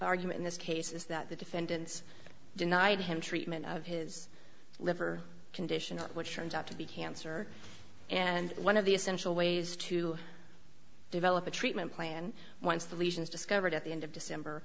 argument in this case is that the defendants denied him treatment of his liver condition which turned out to be cancer and one of the essential ways to develop a treatment plan once the lesions discovered at the end of december